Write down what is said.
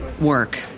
work